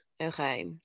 Okay